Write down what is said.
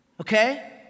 Okay